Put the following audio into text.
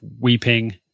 weeping